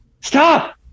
stop